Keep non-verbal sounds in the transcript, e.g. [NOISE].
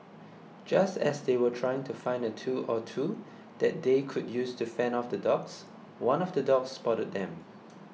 just as they were trying to find a tool or two [NOISE] that they could use to fend off the dogs one of the dogs spotted them